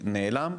נעלם,